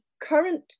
current